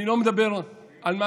אני לא מדבר על מה